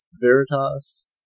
Veritas